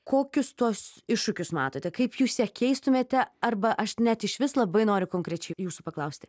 kokius tuos iššūkius matote kaip jūs ją keistumėte arba aš net išvis labai noriu konkrečiai jūsų paklausti